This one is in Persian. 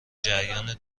جریان